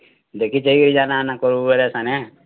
ଦେଖି ଚାହିଁକରି ଯାନା ଆନା କର୍ବୁ ବୋଇଲେ ସାନେ